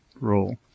role